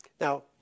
Now